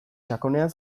sakonean